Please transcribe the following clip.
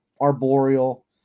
arboreal